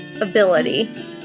ability